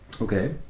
Okay